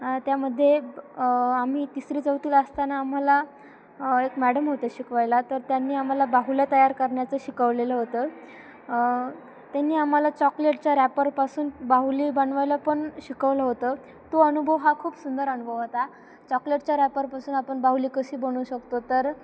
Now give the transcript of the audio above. त्यामध्ये आम्ही तिसरी चौथीला असताना आम्हाला एक मॅडम होतं शिकवायला तर त्यांनी आम्हाला बाहुल्या तयार करन्याचं शिकवलेलं होतं त्यांनी आम्हाला चॉकलेटच्या रॅपरपासून बाहुली बनवायला पण शिकवलं होतं तो अनुभव हा खूप सुंदर अनुभव होता चॉकलेटच्या रॅपरपासून आपण बाहुली कशी बनवू शकतो तर